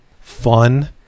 fun